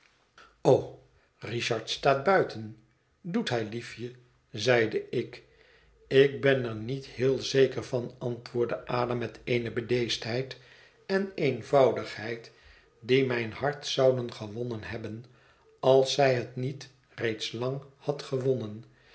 richard staat buiten doet hij liefje zeide ik ik ben er niet heel zeker van antwoordde a da met eene bedeesdheid en eenvoudigheid die mijn hart zouden gewonnen hebben als zij het niet reeds lang had gewonnen